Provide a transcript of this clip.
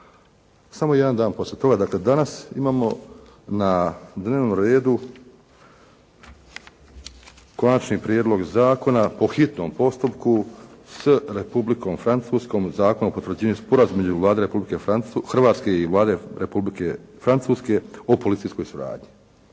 Samo jedan dan poslije toga, dakle danas imamo na dnevnom redu Konačni prijedlog zakona po hitnom postupku s Republikom Francuskom Zakon o potvrđivanju Sporazuma između Vlade Republike Hrvatske i Vlade Republike Francuske o policijskoj suradnji.